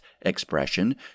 expression